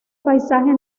paisaje